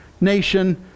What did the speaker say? nation